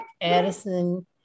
Addison